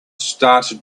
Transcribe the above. started